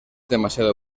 demasiado